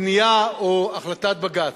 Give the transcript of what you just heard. הבנייה או החלטת בג"ץ.